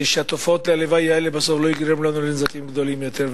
שתופעות הלוואי האלה בסוף לא יגרמו לנו לנזקים גדולים יותר.